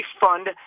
fund